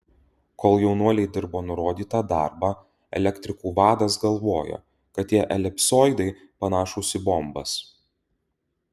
kol jaunuoliai dirbo nurodytą darbą elektrikų vadas galvojo kad tie elipsoidai panašūs į bombas